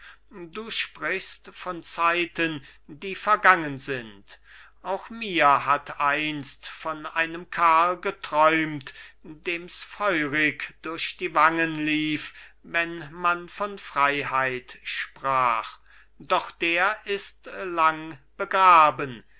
du sprichst von zeiten die vergangen sind auch mir hat einst von einem karl geträumt dems feurig durch die wangen lief wenn man von freiheit sprach doch der ist lang begraben